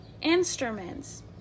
instruments